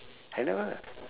I never